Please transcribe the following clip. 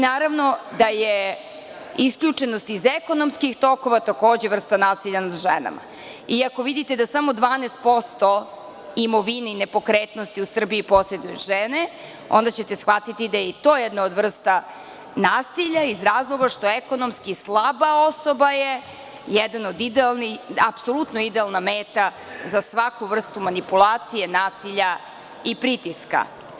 Naravno da je isključenost iz ekonomskih tokova, takođe vrsta nasilja nad ženama, a ako vidite da samo 12% u imovini i nepokretnosti u Srbiji posreduju žene, onda ćete shvatiti da je i to jedna od vrsta nasilja iz razloga što je ekonomski slaba, i to je apsolutno idealna meta za svaku vrstu manipulacije, nasilja i pritiska.